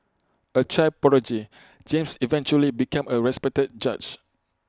A child prodigy James eventually became A respected judge